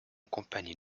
compagnie